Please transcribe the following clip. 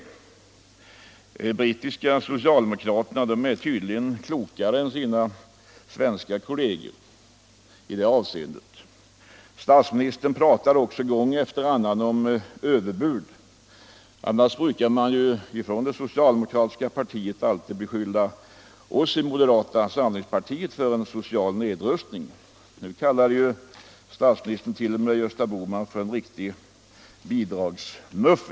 De brittiska socialdemokraterna är tydligen klokare än sina svenska kolleger i detta avseende. Statsministern talade också gång efter annan om överbud. Annars brukar man från det socialdemokratiska partiet alltid beskylla oss moderater för en social nedrustning. Nu kallar statsministern Gösta Bohman t.o.m. för en riktig ”bidragsmuffe”.